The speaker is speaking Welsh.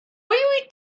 wyt